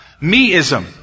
Me-ism